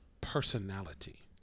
personality